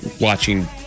watching